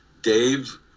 Dave